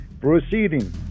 proceeding